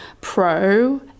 pro